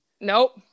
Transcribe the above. Nope